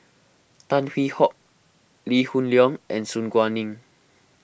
Tan Hwee Hock Lee Hoon Leong and Su Guaning